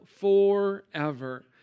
forever